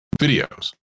videos